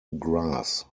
grass